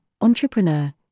entrepreneur